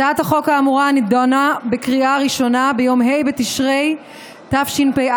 הצעת החוק האמורה נדונה בקריאה ראשונה ביום ה' בתשרי התשפ"א,